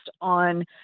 on